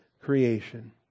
creation